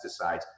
pesticides